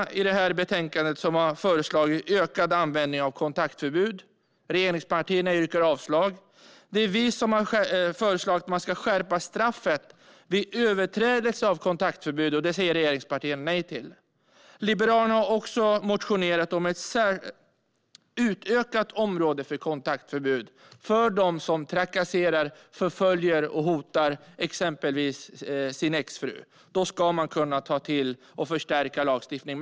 Liberalerna har i betänkandet föreslagit ökad användning av kontaktförbud. Regeringspartierna yrkar på avslag. Vi har föreslagit att man ska skärpa straffet vid överträdelse av kontaktförbud. Och det säger regeringspartierna nej till. Liberalerna har också motionerat om ett utökat område för kontaktförbud, för den som trakasserar, förföljer och hotar exempelvis sin exfru. Då ska man kunna ta till och förstärka lagstiftningen.